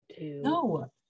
no